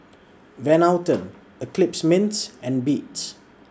Van Houten Eclipse Mints and Beats